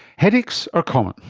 headaches are common,